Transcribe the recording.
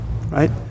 right